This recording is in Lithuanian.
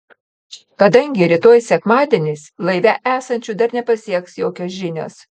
kadangi rytoj sekmadienis laive esančių dar nepasieks jokios žinios